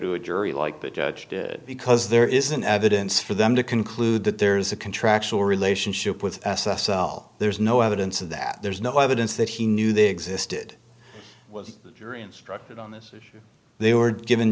to a jury like the judge did because there isn't evidence for them to conclude that there is a contractual relationship with s s l there's no evidence of that there's no evidence that he knew they existed was your instructed on this issue they were given